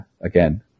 again